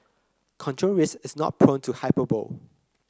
control Risks is not prone to hyperbole